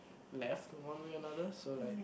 left in one way or another so like